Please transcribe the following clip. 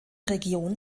region